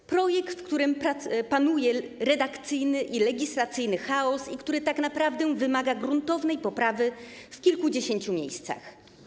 To projekt, w którym panuje redakcyjny i legislacyjny chaos i który tak naprawdę wymaga gruntownej poprawy w kilkudziesięciu miejscach.